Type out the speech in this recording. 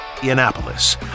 Indianapolis